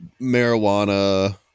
marijuana